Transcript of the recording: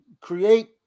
create